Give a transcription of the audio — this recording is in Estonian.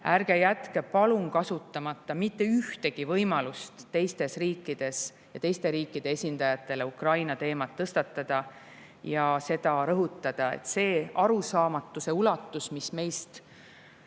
Ärge jätke palun kasutamata mitte ühtegi võimalust teistes riikides ja teiste riikide esindajatele Ukraina teemat tõstatada ja seda rõhutada! See arusaamatuse ulatus, mis meist